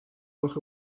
gloch